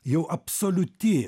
jau absoliuti